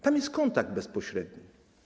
Tam jest kontakt bezpośredni.